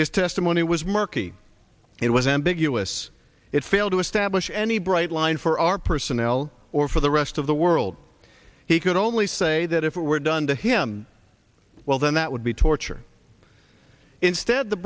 his testimony was murky it was ambiguous it failed to establish any bright line for our personnel or for the rest of the world he could only say that if it were done to him well then that would be torture instead the